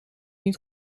niet